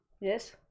Yes